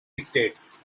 states